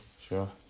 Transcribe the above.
sure